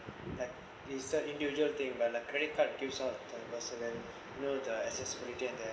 like is the individual thing but like credit card gives out to a person and you know the accessibility and